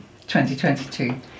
2022